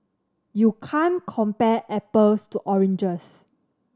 you can't compare apples to oranges